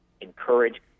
encourage